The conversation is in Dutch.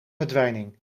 verdwijning